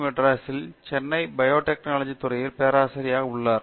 Madras biotechnology துறையில் பேராசிரியராக உள்ளார்